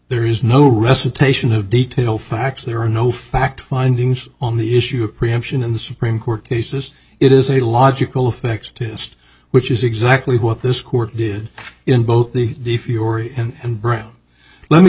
there is no recitation of detail facts there are no fact findings on the issue of preemption in the supreme court cases it is a logical effects test which is exactly what this court did in both the the fury and brown let me